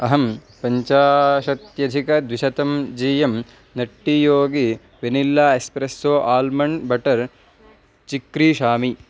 अहं पञ्चाशत्यधिकद्विशतं g and Nutty Yogi vanilla espresso almond butter चिक्रीषामि